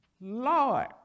Lord